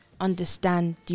understand